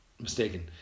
mistaken